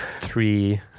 three